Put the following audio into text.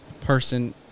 person